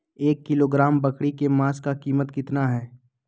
एक किलोग्राम बकरी के मांस का कीमत कितना है?